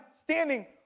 standing